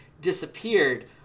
disappeared